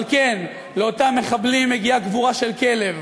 אבל כן, לאותם מחבלים מגיעה קבורה של כלב.